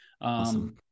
Awesome